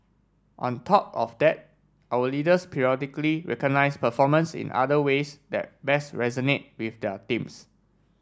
on top of that our leaders periodically recognise performance in other ways that best resonate with their teams